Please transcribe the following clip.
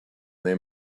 their